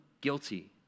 guilty